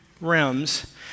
rims